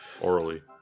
Orally